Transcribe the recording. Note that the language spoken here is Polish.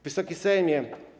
Wysoki Sejmie!